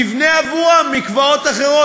שהממשלה תבנה עבורם מקוואות אחרים,